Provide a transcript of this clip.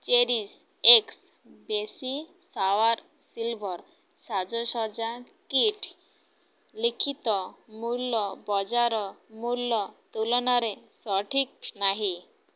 cherish X baby shower silver ସାଜସଜ୍ଜା କିଟ୍ର ଲିଖିତ ମୂଲ୍ୟ ବଜାର ମୂଲ୍ୟ ତୁଳନାରେ ସଠିକ୍ ନାହିଁ